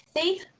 see